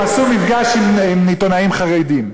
הם עשו מפגש עם עיתונאים חרדים.